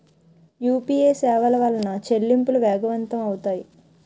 UPA సేవల వలన చెల్లింపులు వేగవంతం అవుతాయి